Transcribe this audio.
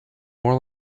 more